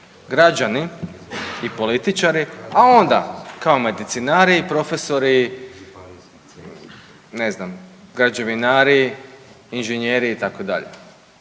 građani i političari, a onda kao medicinari, profesori ne znam građevinari, inženjeri itd.,